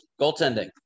Goaltending